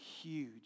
huge